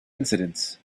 incidents